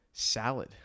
salad